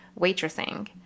waitressing